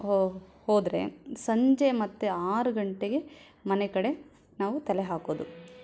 ಹೋ ಹೋದರೆ ಸಂಜೆ ಮತ್ತೆ ಆರು ಗಂಟೆಗೆ ಮನೆ ಕಡೆ ನಾವು ತಲೆ ಹಾಕೋದು